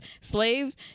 Slaves